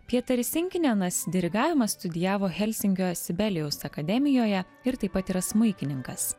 pieteris sinkinenas dirigavimą studijavo helsinkio sibelijaus akademijoje ir taip pat yra smuikininkas